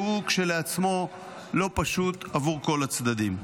שהוא כשלעצמו לא פשוט עבור כל הצדדים.